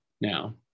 Now